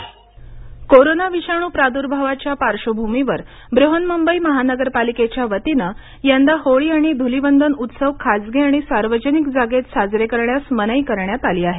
Mumbai corona विषाणू प्रादुर्भावाच्या पार्श्वभूमीवर बृहन्मुंबई महानगरपालिकेच्या वतीनं यंदा होळी आणि धुलिवंदन उत्सव खाजगी आणि सार्वजनिक जागेत साजरे करण्यास मनाई करण्यात आली आहे